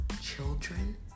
children